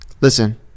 Listen